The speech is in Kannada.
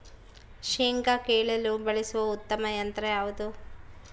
ಶೇಂಗಾ ಕೇಳಲು ಬಳಸುವ ಉತ್ತಮ ಯಂತ್ರ ಯಾವುದು?